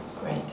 great